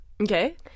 Okay